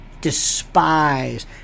Despise